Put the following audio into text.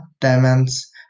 demands